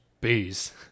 Bees